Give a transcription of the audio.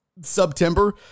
September